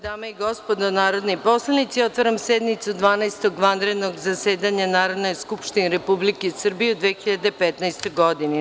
dame i gospodo narodni poslanici, otvaram sednicu Dvanaestog vanrednog zasedanja Narodne Skupštine Republike Srbije u 2015. godini.